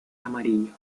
amarillo